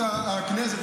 מזכירות הכנסת,